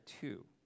two